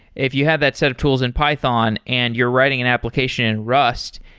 if you have that set of tools in python and you're writing an application in rust,